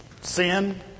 sin